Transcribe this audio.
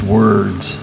words